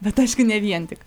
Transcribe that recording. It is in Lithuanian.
bet aišku ne vien tik